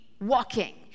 walking